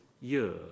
year